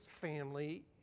Family